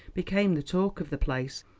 became the talk of the place.